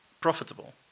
profitable